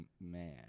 Man